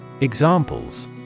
Examples